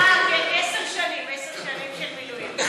אה, כן, עשר שנים, עשר שנים של מילואים.